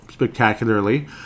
Spectacularly